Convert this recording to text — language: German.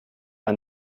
ein